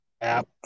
app